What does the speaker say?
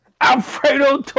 Alfredo